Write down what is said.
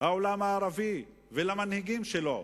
העולם הערבי ולמנהיגים שלו,